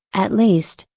at least,